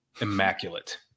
immaculate